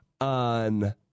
on